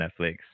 netflix